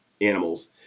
animals